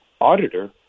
auditor